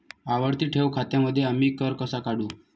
आवर्ती ठेव खात्यांमध्ये आम्ही कर कसा काढू?